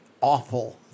awful